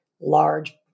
large